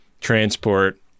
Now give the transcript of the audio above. transport